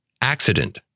accident